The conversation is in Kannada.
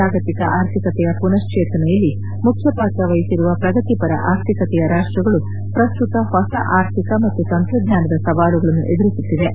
ಜಾಗತಿಕ ಆರ್ಥಿಕತೆಯ ಮನಶ್ಲೇತನೆಯಲ್ಲಿ ಮುಖ್ಯ ಪಾತ್ರ ವಹಿಸಿರುವ ಪ್ರಗತಿಪರ ಆರ್ಥಿಕತೆಯ ರಾಷ್ಷಗಳು ಪ್ರಸ್ತುತ ಹೊಸ ಆರ್ಥಿಕ ಮತ್ತು ತಂತ್ರಜ್ಞಾನದ ಸವಾಲುಗಳನ್ನು ಎದುರಿಸುತ್ತಿವೆ